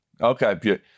Okay